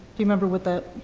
you remember what that?